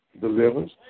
delivers